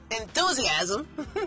enthusiasm